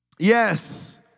Yes